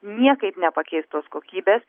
niekaip nepakeis tos kokybės